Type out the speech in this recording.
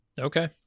Okay